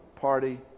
party